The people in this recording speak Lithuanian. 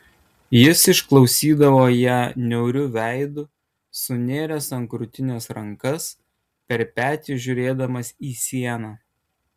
jis išklausydavo ją niauriu veidu sunėręs ant krūtinės rankas per petį žiūrėdamas į sieną